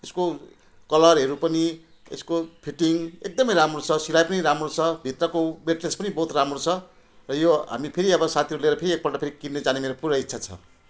यसको कलरहरू पनि यसको फिटिङ एकदम राम्रो छ सिलाइ पनि राम्रो छ भित्रको मेटेरियल्स पनि बहुत राम्रो छ र यो हामी फेरि अब साथीहरू लिएर फेरि एक पल्ट फेरि किन्ने जाने मेरो पुरा इच्छा छ